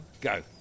Go